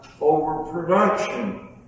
Overproduction